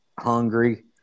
hungry